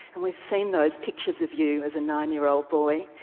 and we've seen those pictures of you as a nine year old boy,